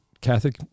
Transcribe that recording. Catholic